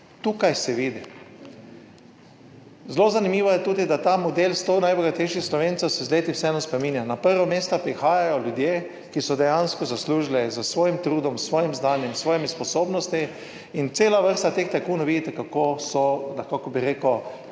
Tukaj se vidi. Zelo zanimivo je tudi, da ta model 100 najbogatejših Slovencev se z leti vseeno spreminja. Na prvo mesto prihajajo ljudje, ki so dejansko zaslužili s svojim trudom, s svojim znanjem, s svojimi sposobnostmi in cela vrsta teh tajkunov, vidite, kako so, kako bi rekel,